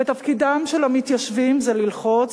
תפקידם של המתיישבים זה ללחוץ,